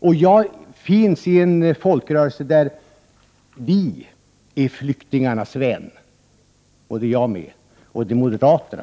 Jag är med i en folkrörelse där man är flyktingarnas vän, och så är även jag och de övriga moderaterna.